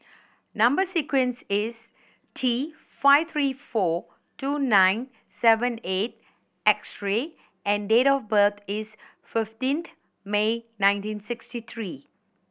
number sequence is T five three four two nine seven eight extra and date of birth is fifteenth May nineteen sixty three